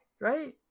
right